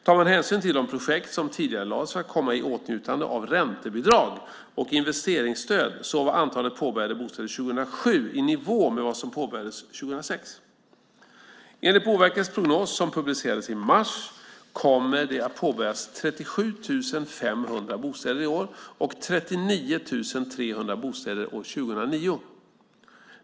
Tar man hänsyn till de projekt som tidigarelades för att komma i åtnjutande av räntebidrag och investeringsstöd var antalet påbörjade bostäder 2007 i nivå med vad som påbörjades 2006. Enligt Boverkets prognos som publicerades i mars kommer det att påbörjas 37 500 bostäder i år och 39 300 bostäder år 2009.